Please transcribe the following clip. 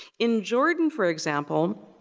in jordan, for example,